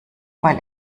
weil